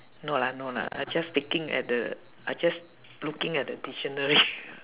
no lah no lah I just taking at the I just looking at the dictionary